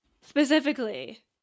Specifically